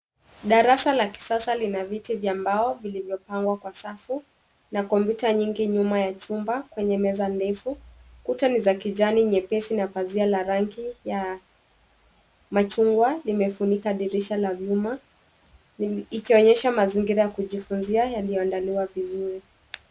Darasa la kisasa lina viti vya mbao vilivyopangwa kwa safu na kompyuta nyingi kwa chumba kwenye meza ndefu. Utani za kijani nyepesi na pazia rangi ya machungwa imefunika dirisha la nyuma ikionyesha mazingira ya kujifunzia iliyoandaliwa vizuri.